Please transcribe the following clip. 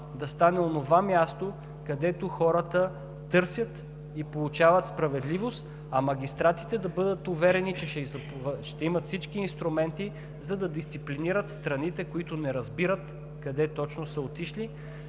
да стане онова място, където хората търсят и получават справедливост, а магистратите да бъдат уверени, че ще имат всички инструменти, за да дисциплинират страните, които не разбират къде точно са отишли.